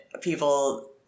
people